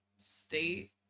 state